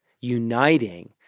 uniting